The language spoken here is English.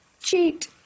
cheat